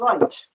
light